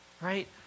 Right